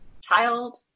child